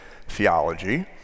theology